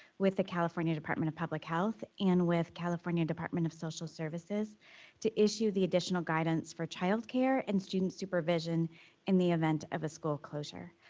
with the california department of public health, and with california department of social services to issue the additional guidance for child care and student supervision in the event of a school closure.